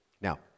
Now